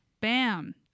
Bam